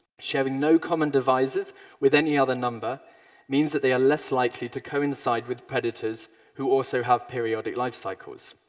sharing no common divisors with any other number means that they are less likely to coincide with predators who also have periodic life cycles.